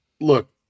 Look